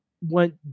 went